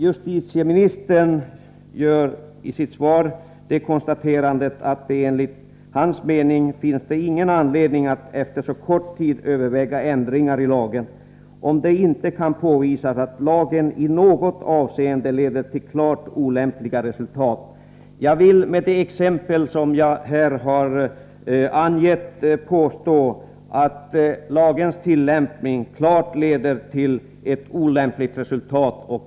Justitieministern säger i svaret: ”Enligt min mening finns det inte anledning att efter så kort tid överväga ändringar i lagen, om det inte kan påvisas att lagen i något avseende leder till klart olämpliga resultat.” Jag vill med det exempel som jag har angett påstå att lagens tillämpning klart leder till ett olämpligt resultat.